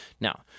Now